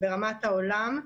ברמת העולם,